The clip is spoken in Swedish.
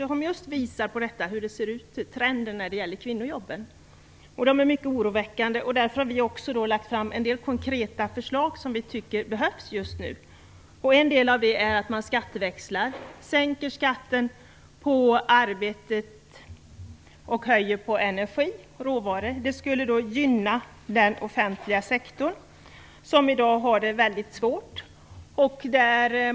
Den visar just hur trenden är för kvinnojobben. Den är mycket oroväckande. Därför har vi lagt fram en del konkreta förslag som vi tycker behövs just nu. Ett är att man skatteväxlar genom att sänka skatten på arbete och höja på energi och råvaror. Det skulle gynna den offentliga sektorn som i dag har det väldigt svårt.